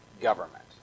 government